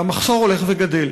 והמחסור הולך וגדל.